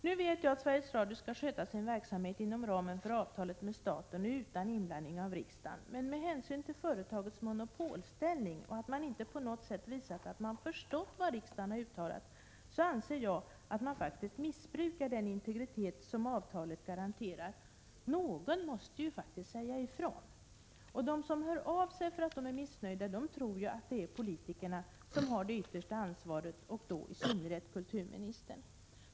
Nu vet jag att Sveriges Radio skall sköta sin verksamhet inom ramen för avtalet med staten och utan inblandning av riksdagen, men med hänsyn till företagets monopolställning och att man inte på något sätt visat att man förstått vad riksdagen har uttalat, anser jag att man missbrukar den integritet som avtalet garanterar. Någon måste faktiskt säga ifrån, och de som hör av sig för att de är missnöjda tror att det är politikerna som har det yttersta ansvaret och då i synnerhet kulturministern.